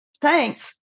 Thanks